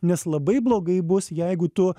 nes labai blogai bus jeigu tu